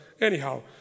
anyhow